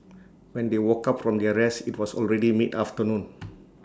when they woke up from their rest IT was already midafternoon